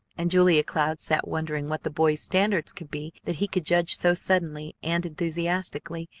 and julia cloud sat wondering what the boy's standards could be that he could judge so suddenly and enthusiastically.